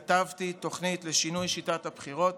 כתבתי תוכנית לשינוי שיטת הבחירות